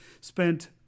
spent